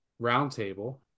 roundtable